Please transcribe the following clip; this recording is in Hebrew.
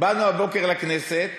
באנו הבוקר לכנסת,